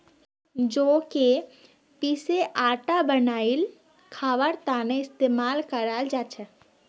जौ क पीसे आटा बनई खबार त न इस्तमाल कराल जा छेक